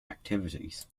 activities